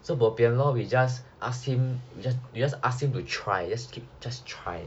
so bo pian lor we just ask him we just ask him to try just keep just try